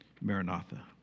Maranatha